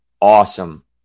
awesome